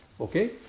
Okay